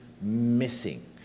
missing